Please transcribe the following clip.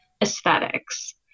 aesthetics